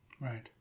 Right